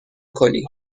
کنی